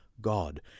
God